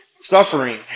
Suffering